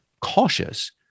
cautious